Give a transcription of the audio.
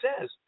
says